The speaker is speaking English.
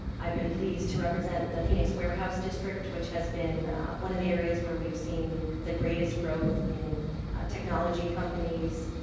i've been pleased to represent the phoenix warehouse district, which has been one of the areas where we've seen the greatest growth in technology companies.